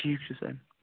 ٹھیٖک چھُ سر